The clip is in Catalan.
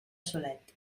solet